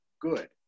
good